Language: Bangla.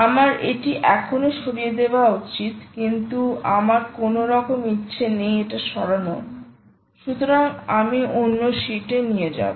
আমার এটি এখনই সরিয়ে দেওয়া উচিত কিন্তু আমার কোনওরকম ইচ্ছে নেই এটা সরানোর সুতরাং আমি অন্য একটি শীট নিয়ে নেব